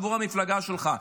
עבור המפלגה שלך.